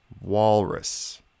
walrus